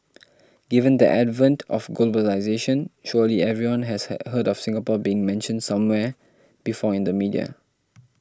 given the advent of globalisation surely everyone has heard of Singapore being mentioned somewhere before in the media